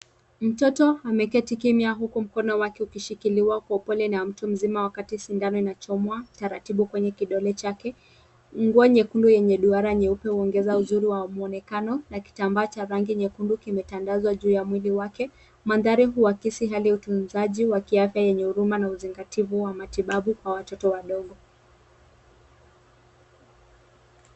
Mtoto ameketi kimya huku mkono wake ukishikiliwa kwa upole na mtu mzima wakati sindano inachomwa taratibu kwenye kidole chake. Nguo nyekundu yenye duara nyeupe huongeza uzuri wa mwonekano na kitambaa cha rangi nyekundu kimetandazwa juu ya mwili wake. Mandhari huakisi hali ya utunzaji wa kiafya yenye huruma na uzingativu wa matibabu kwa watoto wadogo.